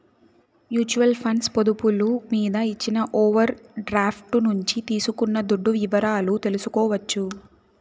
mutual funds పొదుపులు మీద ఇచ్చిన ఓవర్ డ్రాఫ్టు నుంచి తీసుకున్న దుడ్డు వివరాలు తెల్సుకోవచ్చు